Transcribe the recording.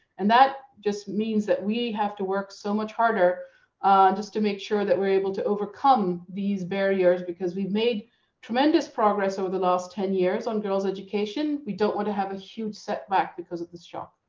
and that just means that we have to work so much harder just to make sure that we're able to overcome these barriers. because we've made tremendous progress over the last ten years on girls' education. we don't want to have a huge setback because of this shock.